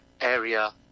area